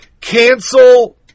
cancel